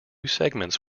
segments